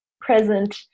present